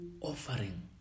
offering